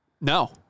No